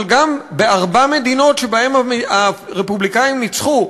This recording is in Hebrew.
אבל גם בארבע מדינות שבהן הרפובליקנים ניצחו,